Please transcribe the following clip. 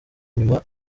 inyuma